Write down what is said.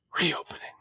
reopening